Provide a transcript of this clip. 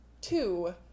two